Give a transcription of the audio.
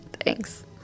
Thanks